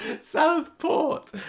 Southport